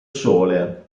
sole